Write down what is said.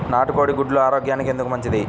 నాటు కోడి గుడ్లు ఆరోగ్యానికి ఎందుకు మంచిది?